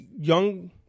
young